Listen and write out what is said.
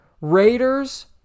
Raiders